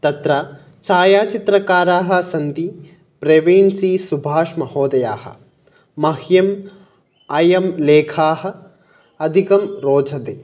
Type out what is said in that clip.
तत्र छायाचित्रकाराः सन्ति प्रेवीण् सि सुभाश् महोदयाः मह्यम् अयं लेखाः अदिकं रोचते